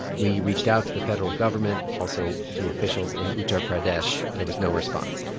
we reached out to the federal government, also to officials in uttar pradesh. there was no response.